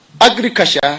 Agriculture